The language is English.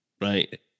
right